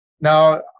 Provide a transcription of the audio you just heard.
Now